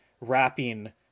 wrapping